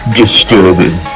disturbing